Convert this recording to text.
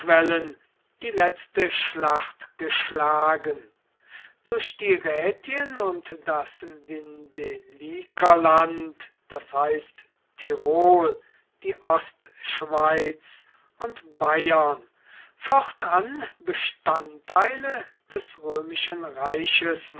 die letzte schlacht geschlagen durch die rätien und das vindelikerland das heißt tirol die ostschweiz und bayern fortan bestandteile des römischen reiches